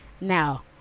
Now